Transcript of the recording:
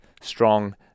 Strong